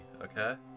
okay